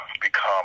become